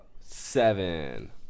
seven